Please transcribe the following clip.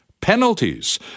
penalties